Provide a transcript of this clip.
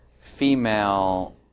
female